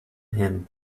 him